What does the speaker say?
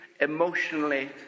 emotionally